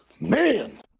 Man